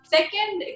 Second